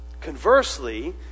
Conversely